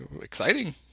exciting